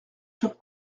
sur